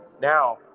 Now